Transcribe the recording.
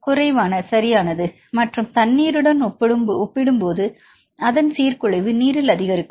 குறைவான சரியானது மற்றும் தண்ணீருடன் ஒப்பிடும்போது அதன் சீர்குலைவு நீரில் அதிகரிக்கும்